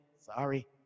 Sorry